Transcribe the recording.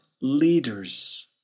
leaders